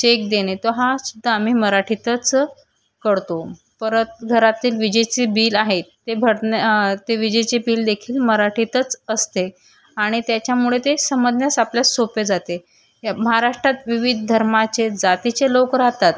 check देने तो हासुद्धा आम्ही मराठीतच कळतो परत घरातील विजेचे बिल आहेत ते भरन्या ते विजेचे बिलदेखील मराठीतच असते आणि त्याच्यामुळे ते समजन्यास आपल्या सोपे जाते महाराष्ट्रात विविध धर्माचे जातीचे लोक राहतात